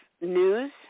news